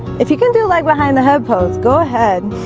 if you can do like behind the head pose, go ahead